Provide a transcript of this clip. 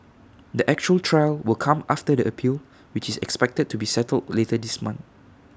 the actual trial will come after the appeal which is expected to be settled later this month